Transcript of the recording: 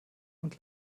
und